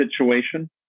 situation